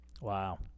Wow